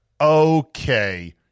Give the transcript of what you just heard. Okay